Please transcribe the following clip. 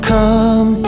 Come